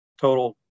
total